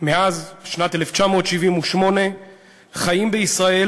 מאז שנת 1978 חיים בישראל